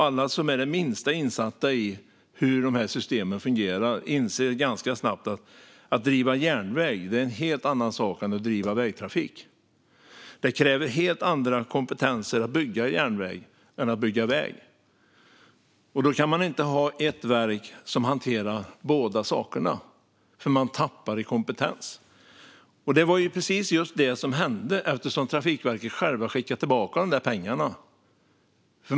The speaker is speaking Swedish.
Alla som är det minsta insatta i hur dessa system fungerar inser ganska snabbt att det är helt olika saker att driva järnväg och att driva vägtrafik. Det kräver helt andra kompetenser att bygga järnväg än att bygga väg. Då kan man inte ha ett verk som hanterar båda sakerna, för man tappar i kompetens. Det var precis detta som hände eftersom Trafikverket självt skickade tillbaka pengarna.